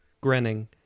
Grinning